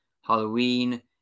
Halloween